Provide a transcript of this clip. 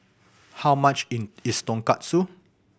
how much in is Tonkatsu